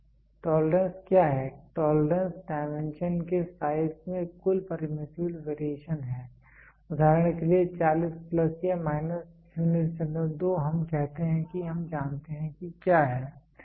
tolerance क्या है tolerance dimension के साइज में कुल परमीसिबल वेरिएशन है उदाहरण के लिए 40 प्लस या माइनस 02 हम कहते हैं कि हम जानते हैं कि क्या है